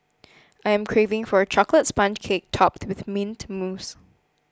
I am craving for a Chocolate Sponge Cake Topped with Mint Mousse